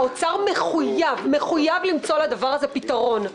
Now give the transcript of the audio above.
משרד האוצר מחויב למצוא לדבר הזה פתרון.